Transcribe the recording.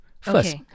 first